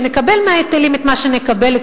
ונקבל מההיטלים את מה שנקבל,